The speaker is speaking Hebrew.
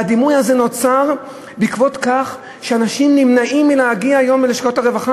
והדימוי הזה נוצר כי אנשים נמנעים היום מלהגיע ללשכות הרווחה,